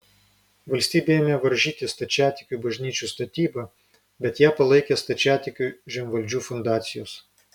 valstybė ėmė varžyti stačiatikių bažnyčių statybą bet ją palaikė stačiatikių žemvaldžių fundacijos